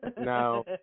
now